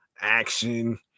action